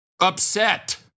Upset